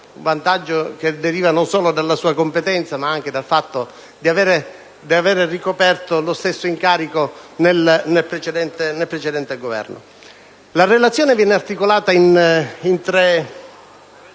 vantaggio che deriva non solo dalla sua competenza, ma anche dal fatto di avere ricoperto lo stesso incarico nel precedente Governo. La relazione è articolata in tre